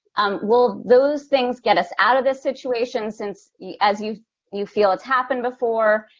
um will those things get us out of this situation, since, as you you feel, it's happened before?